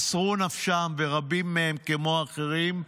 מסרו נפשם ורבים מהם, כמו אחרים,